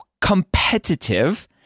competitive